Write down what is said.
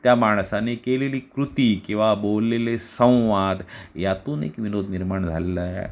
त्या माणसाने केलेली कृती किंवा बोललेले संवाद यातून एक विनोद निर्माण झालेला आहे